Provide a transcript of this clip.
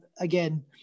Again